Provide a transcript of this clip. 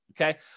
okay